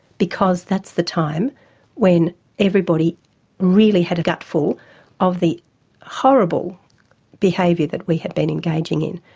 because that's the time when everybody really had a gutful of the horrible behaviour that we had been engaging in,